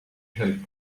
help